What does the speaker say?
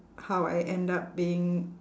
how I end up being